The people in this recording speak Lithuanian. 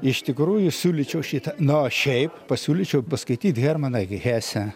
iš tikrųjų siūlyčiau šitą na o šiaip pasiūlyčiau paskaityt hermaną hesę